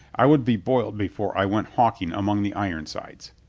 i would be boiled before i went hawking among the ironsides.